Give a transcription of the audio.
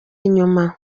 inyuma